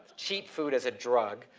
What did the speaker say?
cheap food as a drug?